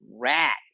Rat